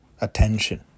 attention